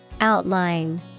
Outline